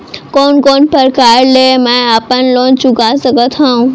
कोन कोन प्रकार ले मैं अपन लोन चुका सकत हँव?